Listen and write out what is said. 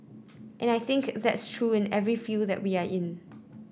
and I think that's true in every field that we are in